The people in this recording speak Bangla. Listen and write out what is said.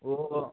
ও